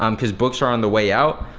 um cause books are on the way out.